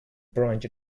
branch